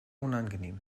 unangenehm